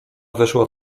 weszła